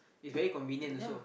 it's very convenient also